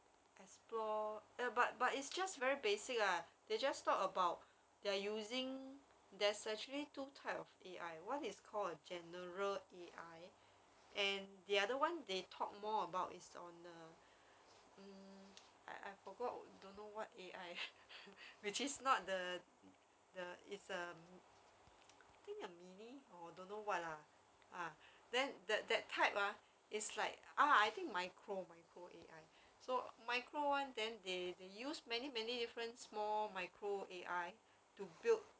explore uh but but it's just very basic lah they just talk about they're using there's actually two type of A_I one is called general A_I and the other one they talk more about is on err mm I I forgot don't know what A_I which is not the the it's um think a ah don't what lah then that that type ah is like ah think micro micro A_I so micro [one] then they they use many many different small micro A_I to build